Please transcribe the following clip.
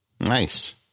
nice